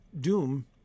Doom